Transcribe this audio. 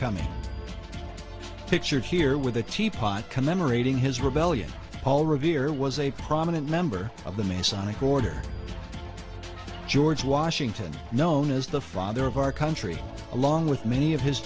coming pictured here with a teapot commemorating his rebellion paul revere was a prominent member of the masonic order george washington known as the father of our country along with many of his